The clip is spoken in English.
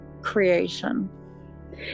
creation